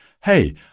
hey